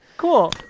cool